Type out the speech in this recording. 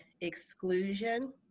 exclusion